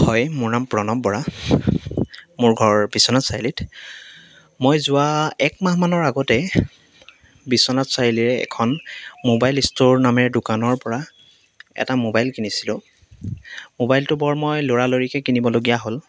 হয় মোৰ নাম প্ৰণৱ বৰা মোৰ ঘৰ বিশ্বনাথ চাৰিআলিত মই যোৱা এক মাহমানৰ আগতে বিশ্বনাথ চাৰিআলিৰে এখন মোবাইল ষ্ট'ৰ নামেৰে দোকান এখনৰ পৰা এটা মোবাইল কিনিছিলোঁ মোবাইলটো বৰ মই লৰালৰিকৈ কিনিবলগীয়া হ'ল